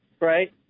right